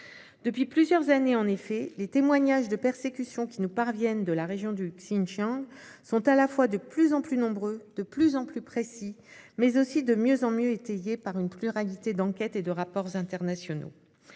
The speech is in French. Depuis plusieurs années, en effet, les témoignages de persécutions qui nous parviennent de la région du Xinjiang sont à la fois de plus en plus nombreux, de plus en plus précis, mais aussi de mieux en mieux étayés par une pluralité d'enquêtes et de rapports internationaux.